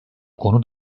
konu